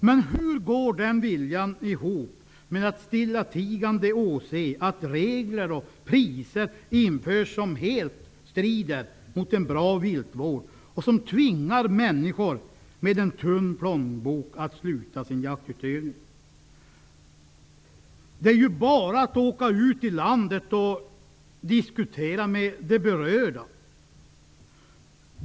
Men hur går viljan ihop med att stilltigande åse att regler och priser införs som helt strider mot en bra viltvård och som tvingar människor med en tunn plånbok att sluta med sin jaktutövning? Det är bara att åka ut i landet och diskutera med de berörda.